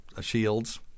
Shields